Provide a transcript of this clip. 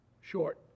short